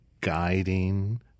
guiding